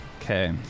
Okay